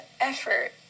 effort